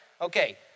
Okay